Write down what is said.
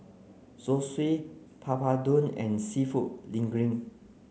Zosui Papadum and Seafood Linguine